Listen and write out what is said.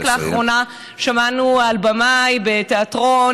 רק לאחרונה שמענו על במאי בתיאטרון,